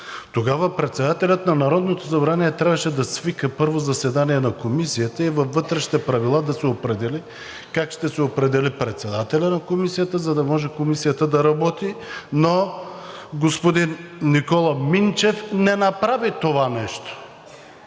Тогава председателят на Народното събрание трябваше да свика първо заседание на Комисията и във вътрешните правила да се определи как ще се определи председателят на Комисията, за да може Комисията да работи, но господин Никола Минчев не направи това нещо.